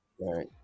right